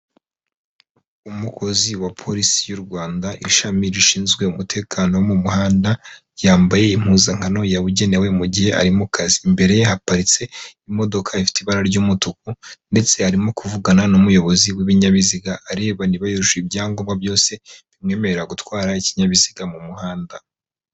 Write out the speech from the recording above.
Umukozi wa polisi y'u Rwanda ishami rishinzwe umutekano wo mu muhanda, yambaye impuzankano yabugenewe mu gihe ari mu kazi, imbere ye haparitse imodoka ifite ibara ry'umutuku ndetse arimo kuvugana n'umuyobozi w'ibinyabiziga, areba niba yujuje ibyangombwa byose bimwemerera gutwara ikinyabiziga mu muhanda.